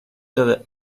del